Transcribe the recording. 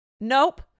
Nope